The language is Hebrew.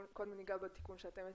אליו אבל קודם ניגע בתיקון שאתם מציעים.